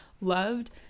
loved